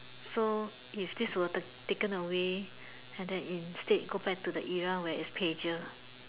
so if this were ta~ taken away and then instead go back to the era where its pager